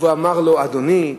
ואמר לו: אדוני,